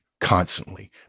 constantly